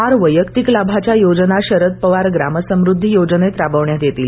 चार वैयक्तिक लाभाच्या योजना शरद पवार ग्रामसमुद्धी योजनेत राबवण्यात येतील